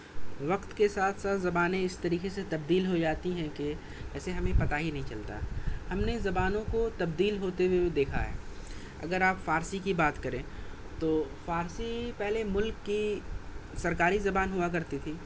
وقت کے ساتھ ساتھ زبانیں اِس طریقے سے تبدیل ہو جاتی ہیں کہ ایسے ہمیں پتہ ہی نہیں چلتا ہم نے زبانوں کو تبدیل ہوتے ہوئے بھی دیکھا ہے اگر آپ فارسی کی بات کریں تو فارسی پہلے مُلک کی سرکاری زبان ہُوا کرتی تھی